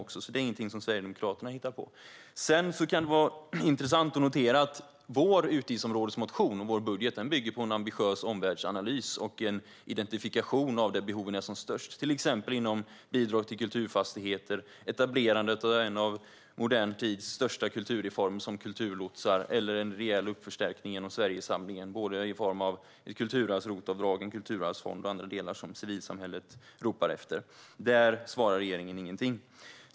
Det är ingenting som Sverigedemokraterna hittar på. Sedan kan det vara intressant att notera att vår motion på utgiftsområdet och vår budget bygger på en ambitiös omvärldsanalys och en identifiering av var behoven är som störst. Det gäller till exempel bidrag till kulturfastigheter, etablerandet av en av modern tids största kulturreformer som kulturlotsar eller en rejäl förstärkning genom Sverigesamlingen i form av ett kulturarvs-ROT-avdrag, en kulturarvsfond och andra delar som civilsamhället ropar efter. Där svarar regeringen ingenting.